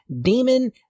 demon